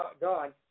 God